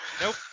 nope